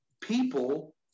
people